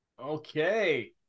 Okay